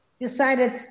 decided